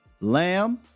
Lamb